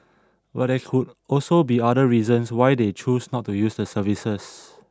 but there could also be other reasons why they choose not to use the services